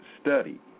Study